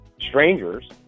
strangers